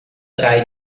drei